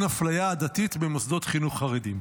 אפליה עדתית במוסדות חינוך חרדיים.